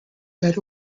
fed